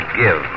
give